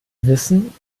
wissen